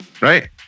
right